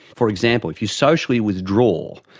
for example, if you socially withdraw,